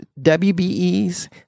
WBEs